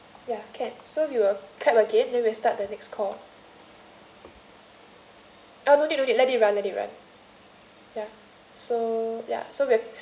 ya can so we will clap again then we'll start the next call uh no need no need let it run let it run ya so ya so